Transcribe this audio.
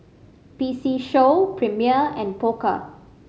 P C Show Premier and Pokka